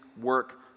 work